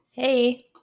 Hey